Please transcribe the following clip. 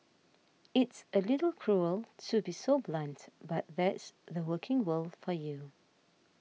it's a little cruel to be so blunt but that's the working world for you